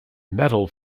metal